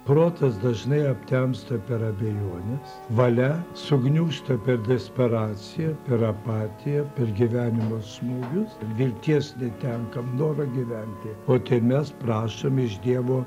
protas dažnai aptemsta per abejones valia sugniūžta per desperaciją per apatiją per gyvenimo smūgius ir vilties netenkam noro gyventi o tai mes prašom iš dievo